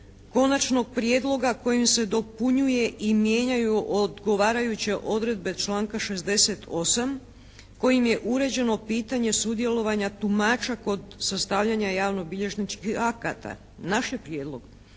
konačnog prijedloga kojim se dopunjuje i mijenjaju odgovarajuće odredbe članka 68. kojim je uređeno pitanje sudjelovanja tumača kod sastavljanja javno-bilježničkih akata. Naš je prijedlog